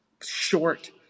short